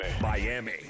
Miami